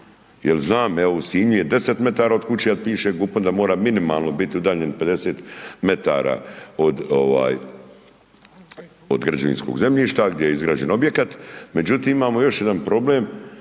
Jel znam evo u Sinju je 10 metara od kuće, a piše GUP-om da mora minimalno biti udaljen 50 metara od ovaj građevinskog zemljišta gdje je izgrađen objekat. Međutim, imao još jedan problem,